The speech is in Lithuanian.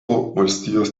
valstijos